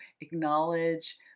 acknowledge